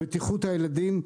בטיחות הילדים.